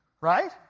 Right